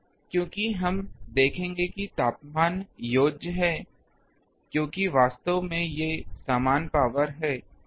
क्योंकि हम देखेंगे कि तापमान योज्य हैं क्योंकि वास्तव में ये समान पावर हैं